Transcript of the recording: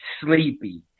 sleepy